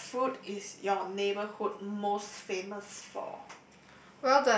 what food is your neighbourhood most famous for